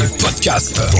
podcast